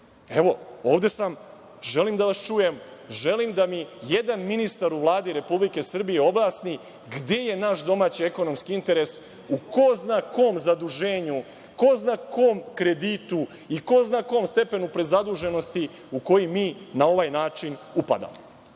Evo, ovde sam, želim da vas čujem, želim da mi jedan ministar u Vladi Republike Srbije objasni gde je naš domaći ekonomski interes, u ko zna kom zaduženju, ko zna kom kreditu i ko zna kom stepenu prezaduženosti u koji mi na ovaj način upadamo. Dakle,